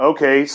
Okay